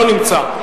לא נמצא.